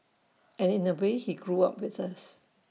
and in A way he grew up with us